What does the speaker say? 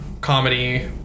comedy